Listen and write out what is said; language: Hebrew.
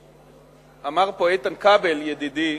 אמר פה איתן כבל, ידידי,